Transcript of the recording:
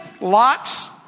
lots